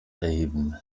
erheben